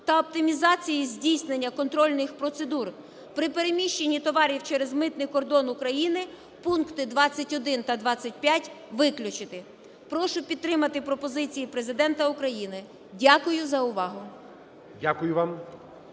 та оптимізації здійснення контрольних процедур при переміщенні товарів через митний кордон України" пункти 21 та 25 виключити. Прошу підтримати пропозиції Президента України. Дякую за увагу.